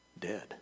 dead